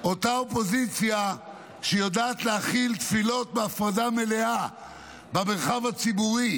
אותה אופוזיציה שיודעת להכיל תפילות בהפרדה מלאה במרחב הציבורי,